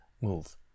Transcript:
move